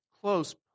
close